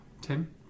Tim